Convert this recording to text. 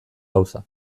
gauza